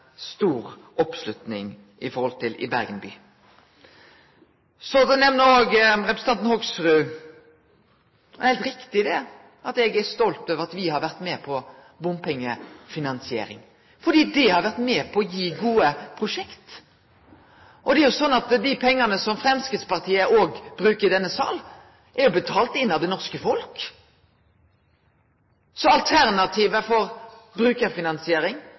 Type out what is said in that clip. i Bergen by. Så til representanten Hoksrud: Det er heilt riktig at eg er stolt over at me har vore med på bompengefinansiering, for det har vore med på å gi gode prosjekt. Og det er jo sånn at òg dei pengane som Framstegspartiet bruker i denne salen, er betalt inn av det norske folk. Så alternativet til brukarfinansiering